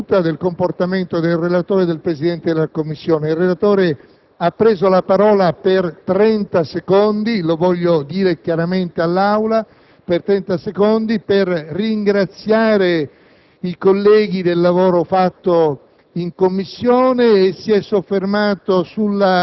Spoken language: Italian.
Debbo dare atto, ringraziandoli per la correttezza assoluta, del comportamento del relatore e del Presidente della Commissione. Il relatore ha preso la parola per 30 secondi - lo voglio dire chiaramente all'Assemblea - per ringraziare